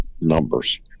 numbers